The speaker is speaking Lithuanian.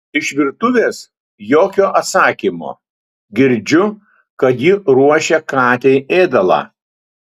iš virtuvės jokio atsakymo girdžiu kad ji ruošia katei ėdalą